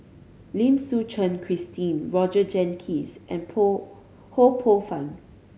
Lim Suchen Christine Roger Jenkins and poh Ho Poh Fun